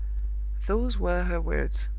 those were her words.